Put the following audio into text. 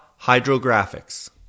Hydrographics